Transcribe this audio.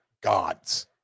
gods